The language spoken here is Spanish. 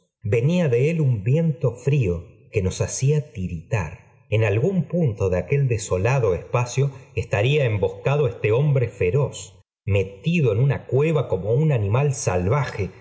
venía de él un viento frío que nos hacía tiritar en algún punto de aquel desolado espacio estaría emboscado este hombre feroz metido en una cueva como un animal salvaje